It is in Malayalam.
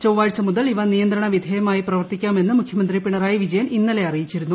ചൊവ്വാഴ്ച മുതൽ ഇവ നിയന്ത്രണ വിധേയമായി പ്രവർത്തിക്കാമെന്ന് മുഖ്യമന്ത്രി പിണറായി വിജയൻ ഇന്നലെ അറിയിച്ചിരുന്നു